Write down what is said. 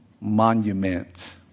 monument